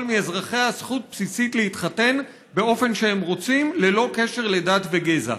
מאזרחיה זכות בסיסית להתחתן באופן שהם רוצים ללא קשר לדת וגזע.